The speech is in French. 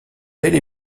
belle